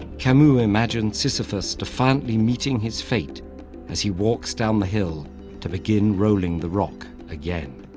camus imagined sisyphus defiantly meeting his fate as he walks down the hill to begin rolling the rock again.